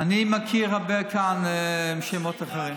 אני מכיר הרבה כאן עם שמות אחרים.